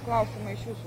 klausimą iš jūsų